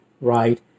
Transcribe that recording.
right